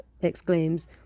exclaims